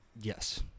yes